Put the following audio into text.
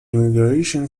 immigration